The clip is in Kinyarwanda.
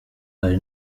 hari